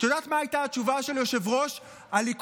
את יודעת מה הייתה התשובה של יושב-ראש הליכוד,